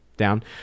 down